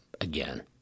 again